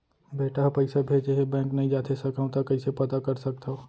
बेटा ह पइसा भेजे हे बैंक नई जाथे सकंव त कइसे पता कर सकथव?